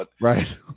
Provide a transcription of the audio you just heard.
Right